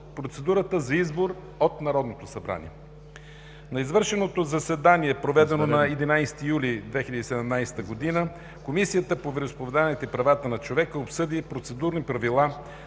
процедурата за избор от Народното събрание На извънредно заседание, проведено на 11 юли 2017 г., Комисията по вероизповеданията и правата на човека обсъди процедурни правила